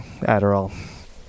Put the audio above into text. Adderall